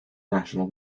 national